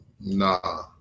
nah